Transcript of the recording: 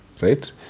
right